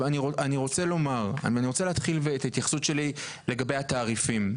אני רוצה להתחיל את ההתייחסות שלי לגבי התעריפים.